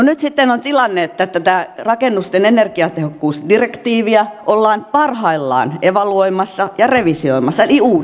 nyt sitten on tilanne että tätä rakennusten energiatehokkuusdirektiiviä ollaan parhaillaan evaluoimassa ja revisioimassa eli uudistamassa